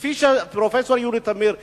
כפי שפרופסור יולי תמיר הקפיאה,